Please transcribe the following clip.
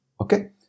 Okay